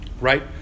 Right